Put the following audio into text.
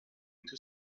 tout